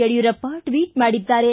Yediyurappa tweet ಮಾಡಿದ್ದಾರೆ